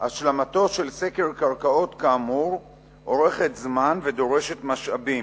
"השלמתו של סקר קרקעות כאמור אורכת זמן ודורשת משאבים,